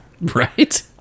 right